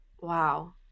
Wow